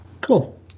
cool